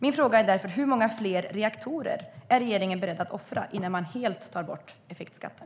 Min fråga är därför: Hur många fler reaktorer är regeringen beredd att offra innan man helt tar bort effektskatten?